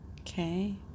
Okay